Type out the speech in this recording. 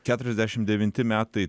keturiasdešim devinti metai